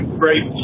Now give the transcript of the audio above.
great